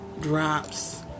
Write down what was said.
drops